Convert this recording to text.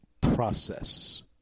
process